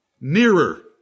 nearer